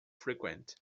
frequent